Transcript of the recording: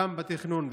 גם בתכנון,